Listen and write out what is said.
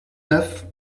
neuf